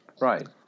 Right